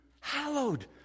Hallowed